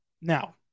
Now